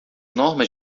normas